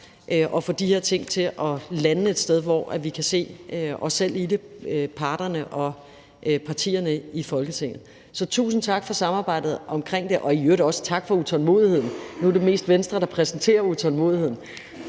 at få de her ting til at lande et sted, hvor vi kan se os selv – parterne og partierne i Folketinget – i det. Så tusind tak for samarbejdet omkring det, og i øvrigt også tak for utålmodigheden. Nu er det mest Venstre, der præsenterer sin utålmodighed.